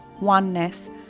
oneness